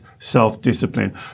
self-discipline